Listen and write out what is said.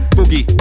Boogie